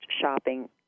shopping